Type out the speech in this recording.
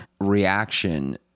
reaction